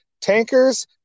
Tankers